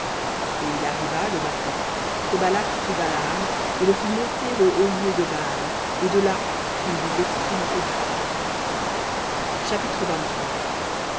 et il arriva le matin que balak prit balaam et le fit monter aux hauts lieux de baal et de là il vit l'extrémité du peuple